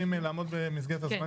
להסית נגד קבוצה בישראל.